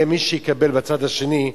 אם יהיה מי שיקבל בצד השני,